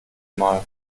mal